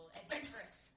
adventurous